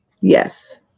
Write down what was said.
Yes